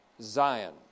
Zion